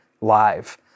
live